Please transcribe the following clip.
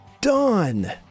done